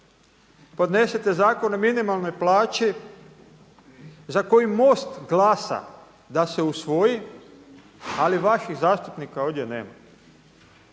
Podnesete Zakon o minimalnoj plaći za koji MOST glasa da se usvoji ali vaših zastupnika ovdje nema.